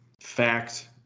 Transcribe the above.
fact